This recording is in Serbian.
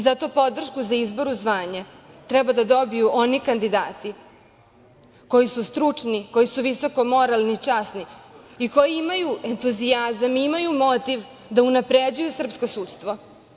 Zato podršku za izbor u zvanja treba da dobiju oni kandidati koji su stručni, koji su visoko moralni, časni i koji imaju entuzijazam, imaju motiv da unapređuju srpsku sudstvo.